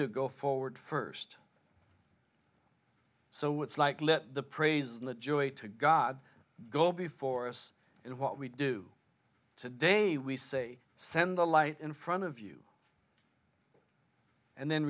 juda go forward first so it's like let the praise and the joy to god go before us and what we do today we say send the light in front of you and then